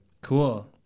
Cool